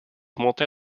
multi